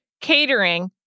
catering